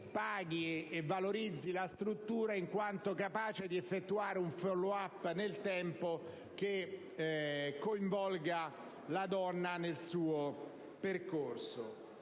paghi e valorizzi la struttura in quanto capace di effettuare nel tempo un *follow-up* che coinvolga la donna nel suo percorso.